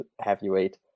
heavyweight